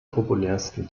populärsten